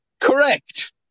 Correct